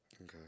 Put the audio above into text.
Okay